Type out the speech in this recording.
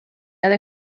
other